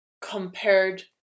compared